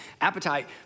appetite